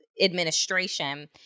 administration